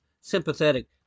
sympathetic